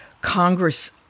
Congress